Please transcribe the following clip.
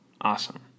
Awesome